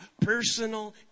personal